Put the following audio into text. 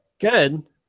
good